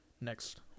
next